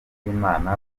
ry’imana